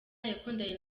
yakundanye